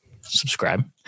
subscribe